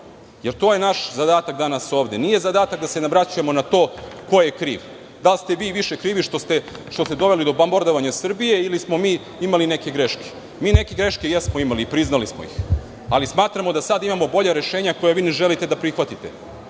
jer to je naš zadatak danas ovde. Nije zadatak da se vraćamo na to ko je kriv. Da li ste vi više krivi što ste doveli do bombardovanja Srbije ili smo mi imali neke greške. Mi neke teške jesmo imali, priznali smo ih, ali smatramo da sada imamo bolja rešenja koja vi ne želite da prihvatite